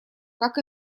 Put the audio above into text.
как